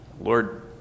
lord